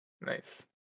nice